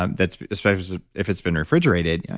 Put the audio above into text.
um that's especially if it's been refrigerated,